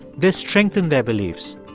this strengthened their beliefs.